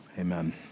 Amen